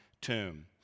tomb